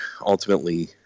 ultimately